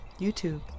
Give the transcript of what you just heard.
youtube